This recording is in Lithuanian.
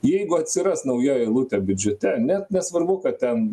jeigu atsiras nauja eilutė biudžete net nesvarbu kad ten